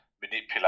manipulate